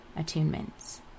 attunements